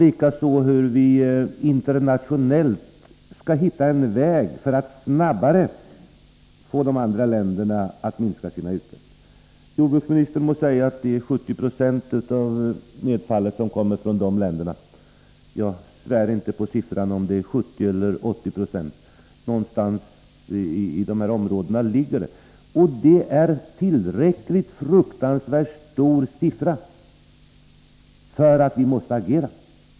Likaså borde vi hitta en väg internationellt att snabbare få andra länder att minska sina utsläpp. Jordbruksministern må säga att det är 70 96 av nedfallet som kommer från andra länder. Jag kan inte svära på att siffran är 70 90 eller 80 76, men någonstans där ligger procenttalet. Det är en tillräckligt fruktansvärt stor siffra för att vi måste agera.